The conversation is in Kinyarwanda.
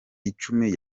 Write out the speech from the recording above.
icumi